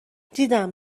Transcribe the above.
دیدم